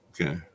Okay